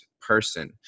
person